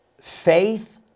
Faith